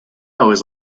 always